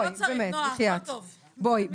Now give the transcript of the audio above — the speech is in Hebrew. בואי,